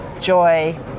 joy